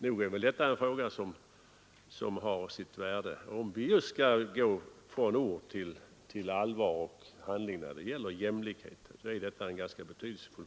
Nog är väl detta en fråga som har sitt värde. Om vi skall gå från ord till allvar och handling när det gäller jämlikhet, så är denna fråga ganska betydelsefull.